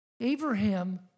Abraham